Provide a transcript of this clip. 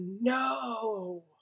no